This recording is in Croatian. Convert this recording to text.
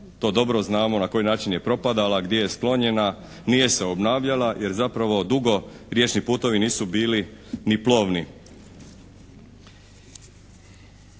to dobro znamo na koji način je propadala gdje je sklonjena, nije se obnavljala, jer zapravo dugo riječni putovi nisu bili ni plovni.